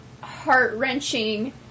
heart-wrenching